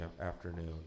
afternoon